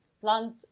plant